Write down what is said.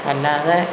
അല്ലാതെ